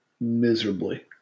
miserably